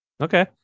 Okay